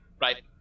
Right